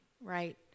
right